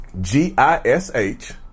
G-I-S-H